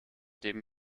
dem